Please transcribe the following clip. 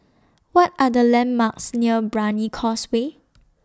What Are The landmarks near Brani Causeway